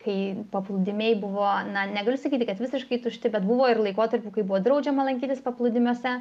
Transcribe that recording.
kai paplūdimiai buvo na negaliu sakyti kad visiškai tušti bet buvo ir laikotarpių kai buvo draudžiama lankytis paplūdimiuose